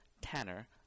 Tanner